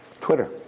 Twitter